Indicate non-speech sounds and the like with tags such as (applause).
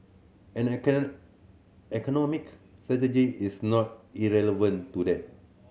and (unintelligible) economic strategy is not irrelevant to that